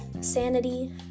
sanity